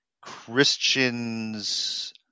Christians